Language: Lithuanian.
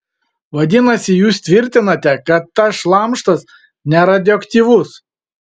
vadinasi jūs tvirtinate kad tas šlamštas neradioaktyvus